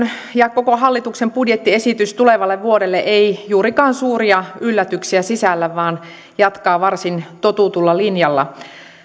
ja koko hallituksen budjettiesitys tulevalle vuodelle ei juurikaan suuria yllätyksiä sisällä vaan jatkaa varsin totutulla linjalla